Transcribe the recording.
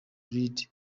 lead